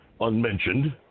unmentioned